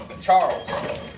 Charles